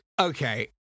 okay